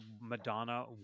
Madonna